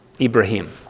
Ibrahim